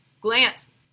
Glance